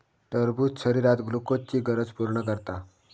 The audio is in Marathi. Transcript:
टरबूज शरीरात ग्लुकोजची गरज पूर्ण करता